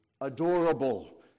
adorable